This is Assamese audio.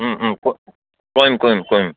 কৰিম কৰিম কৰিম